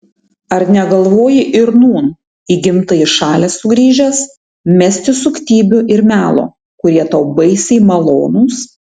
ar negalvoji ir nūn į gimtąją šalį sugrįžęs mesti suktybių ir melo kurie tau baisiai malonūs